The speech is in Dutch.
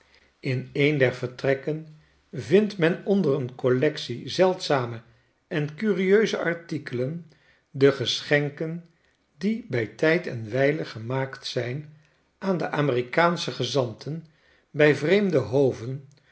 in een der vertrekken vindt men onder een collectie zeldzame en curieuse artikelen de geschenken die bij tijd en wijle gemaakt zijn aan de amerikaansche gezanten bij vreemde hoven